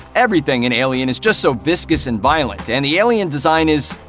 everything in alien is just so viscous and violent, and the alien design is.